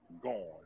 gone